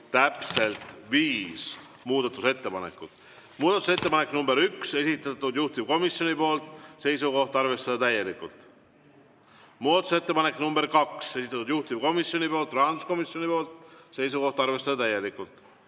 täpselt viis muudatusettepanekut. Muudatusettepanek nr 1, esitatud juhtivkomisjoni poolt, seisukoht on arvestada täielikult. Muudatusettepanek nr 2, esitatud juhtivkomisjoni poolt, rahanduskomisjoni poolt, seisukoht on arvestada täielikult.